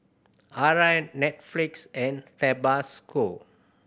Arai Netflix and Tabasco